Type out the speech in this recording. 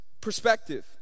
perspective